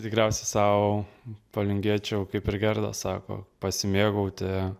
tikriausiai sau palinkėčiau kaip ir gerda sako pasimėgauti